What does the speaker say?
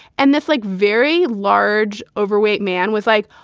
and that's like very large overweight man was like,